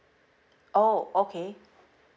oh okay